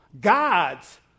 God's